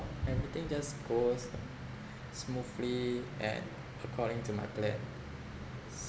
everything just goes um smoothly and according to my plans